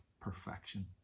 perfection